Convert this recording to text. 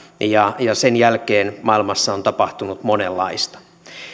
ja ja sen jälkeen maailmassa on tapahtunut monenlaista